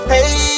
Hey